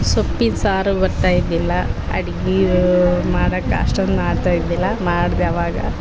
ಸೊಪ್ಪಿನ ಸಾರು ಬರ್ತಾ ಇದ್ದಿಲ್ಲ ಅಡಿಗೆ ಮಾಡೋಕ್ ಅಷ್ಟೊಂದು ಮಾಡ್ತಾ ಇದ್ದಿಲ್ಲ ಮಾಡಿದೆ ಅವಾಗ